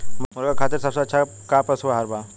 मुर्गा खातिर सबसे अच्छा का पशु आहार बा?